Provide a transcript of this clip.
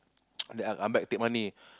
then I'm back take money